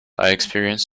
experience